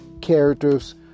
characters